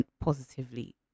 positively